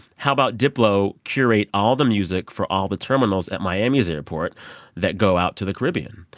how about diplo curate all the music for all the terminals at miami's airport that go out to the caribbean?